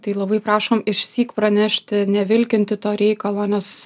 tai labai prašom išsyk pranešti nevilkinti to reikalo nes